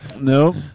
No